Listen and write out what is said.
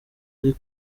ari